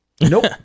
nope